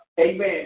Amen